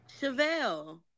Chevelle